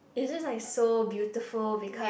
it's just like so beautiful because